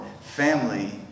Family